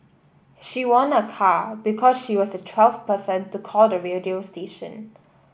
she won a car because she was the twelfth person to call the radio station